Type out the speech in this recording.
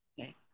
okay